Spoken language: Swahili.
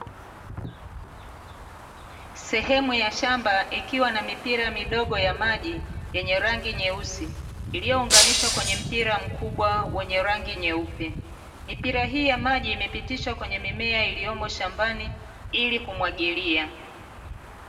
Sehemu ya shamba ikiwa na mipira midogo ya maji yenye rangi nyeusi, iliyounganishwa kwenye mpira mkubwa wenye rangi nyeupe. Mipira hii ya maji imepitishwa kwenye mimea iliyomo shambani ili kumwagilia.